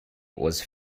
was